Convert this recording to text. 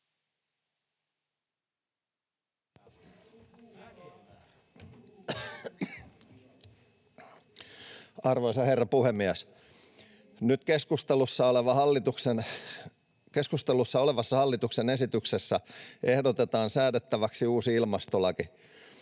Arvoisa herra puhemies! Nyt keskustelussa olevassa hallituksen esityksessä ehdotetaan säädettäväksi uusi ilmastolaki.